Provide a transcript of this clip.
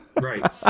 Right